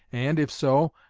and, if so,